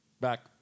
Back